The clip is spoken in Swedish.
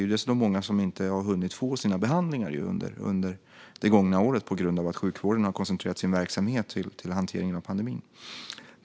Det är dessutom många som inte har hunnit få sina behandlingar under det gångna året på grund av att sjukvården koncentrerat sin verksamhet till hanteringen av pandemin.